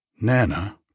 Nana